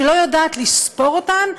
שלא יודעת לספור אותן,